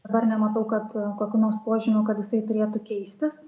dabar nematau kad kokių nors požymių kad jisai turėtų keistis